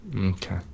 Okay